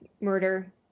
murder